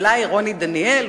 אולי רוני דניאל,